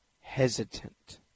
hesitant